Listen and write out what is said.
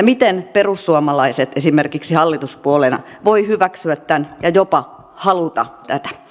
miten perussuomalaiset esimerkiksi hallituspuolueena voi hyväksyä tämän ja jopa haluta tätä